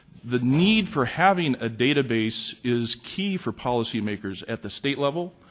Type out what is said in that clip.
the need for having a database is key for policymakers at the state level,